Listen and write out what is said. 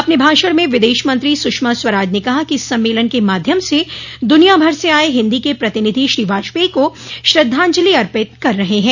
अपने भाषण में विदेश मंत्री सुषमा स्वराज ने कहा कि इस सम्मेलन के माध्यम से दुनियाभर से आए हिन्दी के प्रतिनिधि श्री वाजपेयी को श्रद्धांजलि अर्पित कर रहे हैं